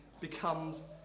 becomes